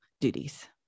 duties